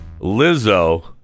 Lizzo